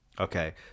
Okay